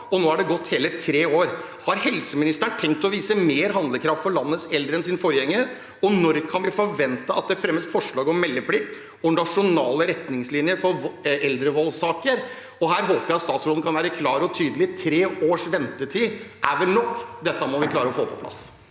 og nå har det gått hele tre år. Har helseministeren tenkt å vise mer handlekraft for landets eldre enn sin forgjenger, og når kan vi forvente at det fremmes forslag om meldeplikt og nasjonale retningslinjer for eldrevoldssaker? Her håper jeg at statsråden kan være klar og tydelig. Tre års ventetid er vel nok? Dette må vi klare å få på plass.